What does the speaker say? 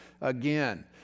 again